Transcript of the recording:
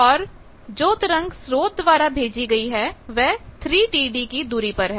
और जो तरंग स्रोत द्वारा भेजी गई है वह 3Td की दूरी पर है